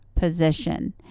position